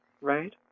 right